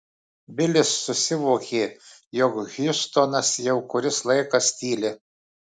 bilis susivokė jog hjustonas jau kuris laikas tyli